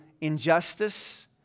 injustice